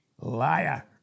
Liar